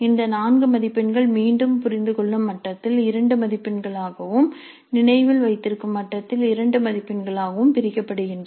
இந்த 4 மதிப்பெண்கள் மீண்டும் புரிந்துகொள்ளும் மட்டத்தில் 2 மதிப்பெண்களாகவும் நினைவில் வைத்திருக்கும் மட்டத்தில் 2 மதிப்பெண்களாகவும் பிரிக்கப்படுகின்றன